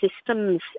systems